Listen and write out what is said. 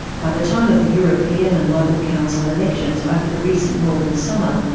by the time of the european and local council elections over the recent northern summer,